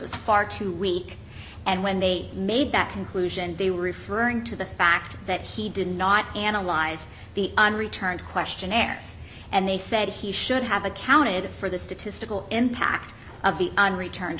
was far too weak and when they made that conclusion they were referring to the fact that he did not analyze the unreturned questionnaires and they said he should have a counted for the statistical impact of the unreturn